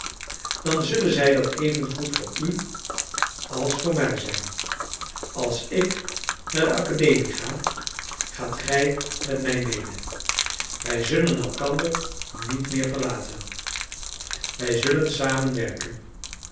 dan zullen zij dat evengoed voor u als voor mij zijn als ik naar de akademie ga gaat gij met mij mede wij zullen elkander niet meer verlaten wij zullen